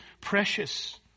precious